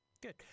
Good